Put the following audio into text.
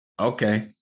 Okay